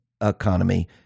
economy